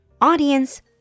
Audience